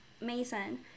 Mason